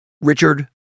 Richard